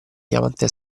diamante